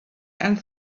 and